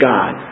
God